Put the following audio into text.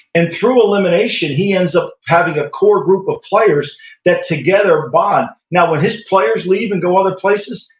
and through elimination he ends up having a core group of players that together bond. now when his players leave and go other places,